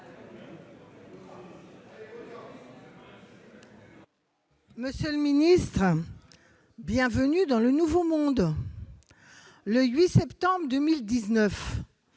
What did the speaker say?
Monsieur le ministre, bienvenue dans le nouveau monde ! Le 8 septembre 2019,